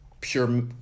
pure